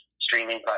streaming